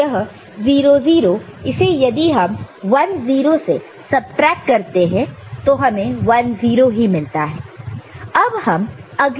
तो यह 0 0 इसे यदि हम 10 से सबट्रैक्ट करते हैं तो हमें 1 0 ही मिलता है